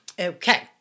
Okay